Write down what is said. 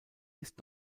ist